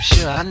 Sure